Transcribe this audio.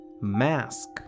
mask